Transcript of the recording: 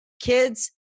Kids